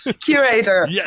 curator